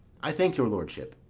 i thank your lordship,